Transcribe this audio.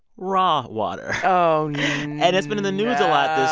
raw water oh, no and it's been in the news a lot this